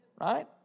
Right